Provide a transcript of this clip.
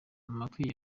amatwi